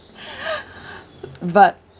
but